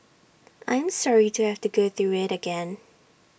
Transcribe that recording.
I am sorry to have to go through IT again